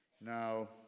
Now